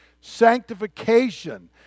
Sanctification